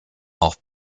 auch